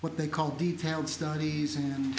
what they call detailed studies and